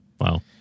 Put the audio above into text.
Wow